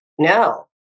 No